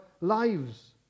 lives